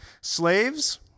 Slaves